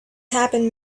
happened